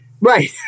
right